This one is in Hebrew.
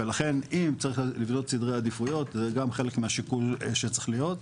ולכן אם צריך לבנות סדרי עדיפויות זה גם חלק מהשיקול שצריך להיות.